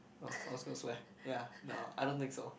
oh I was gonna swear ya no I don't think so